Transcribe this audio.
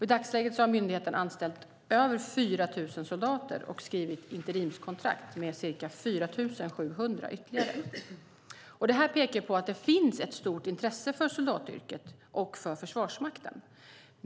I dagsläget har myndigheten anställt över 4 000 soldater och skrivit interimskontrakt med ytterligare ca 4 700. Detta pekar på att det finns ett stort intresse för soldatyrket och Försvarsmakten.